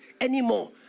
anymore